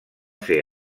ser